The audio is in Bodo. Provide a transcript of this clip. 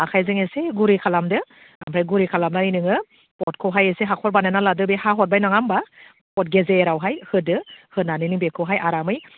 आखाइजों एसे गुरै खालामदो ओमफ्राय गुरै खालामनानै नोङो पटखौहाय एसे हाखर बानायना लादो बे हा हरबाय नङा होनबा पट गेजेरावहाय होदो होनानै नों बेखौहाय आरामै